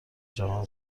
جهان